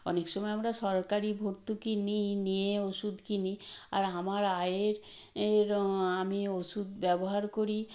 অনেক সময় আমরা সরকারি ভর্তুকি নিই নিয়ে ওষুধ কিনি আর আমার আয়ের এর আমি ওষুধ ব্যবহার করি